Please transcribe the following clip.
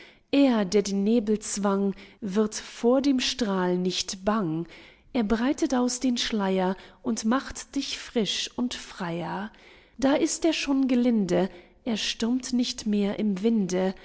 er der den nebel zwang wird vor dem strahl nicht bang er breitet aus den schleier und macht dich frisch und freier da ist er schon gelinde er stürmt nicht mehr im winde